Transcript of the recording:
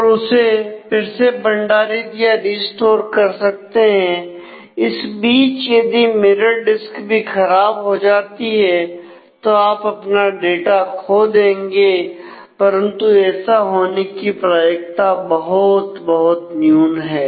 और उसे फिर से भंडारित या रिस्टोर डिस्क भी खराब हो जाती है तो आप अपना डाटा खो देंगे परंतु ऐसा होने की प्रायिकता बहुत बहुत न्यून है